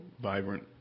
vibrant